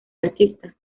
artista